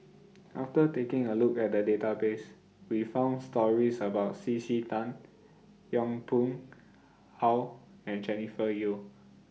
after taking A Look At The Database We found stories about C C Tan Yong Pung How and Jennifer Yeo